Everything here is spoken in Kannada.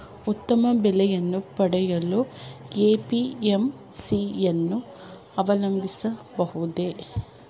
ಉತ್ತಮ ಬೆಲೆಯನ್ನು ಪಡೆಯಲು ಎ.ಪಿ.ಎಂ.ಸಿ ಯನ್ನು ಅವಲಂಬಿಸಬಹುದೇ?